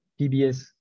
PBS